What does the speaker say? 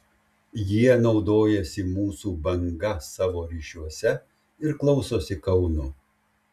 jie naudojasi mūsų banga savo ryšiuose ir klausosi kauno